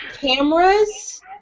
cameras